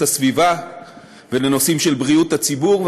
הסביבה ולנושאים של בריאות הציבור.